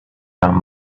found